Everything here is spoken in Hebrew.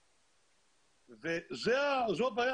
אני מבחינתי, הלוואי